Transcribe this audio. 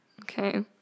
Okay